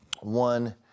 One